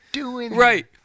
Right